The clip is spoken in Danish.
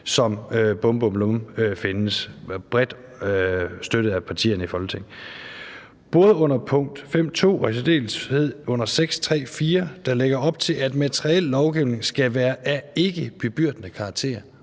som er bredt støttet af partierne i Folketinget. Både under punkt 5.2. og i særdeleshed under 6.3.4. lægges der op til, at materiel lovgivning skal være af ikkebebyrdende karakter,